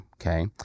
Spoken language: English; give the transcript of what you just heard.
okay